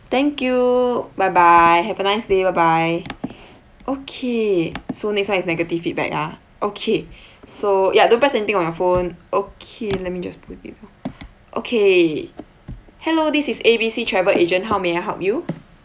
thank you bye bye have a nice day bye bye okay so next one is negative feedback ah okay so ya don't press anything on your phone okay let me just put it okay hello this is A B C travel agent how may I help you